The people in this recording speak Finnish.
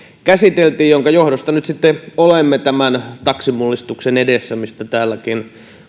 käsiteltiin minkä johdosta nyt sitten olemme tämän taksimullistuksen edessä mistä täälläkin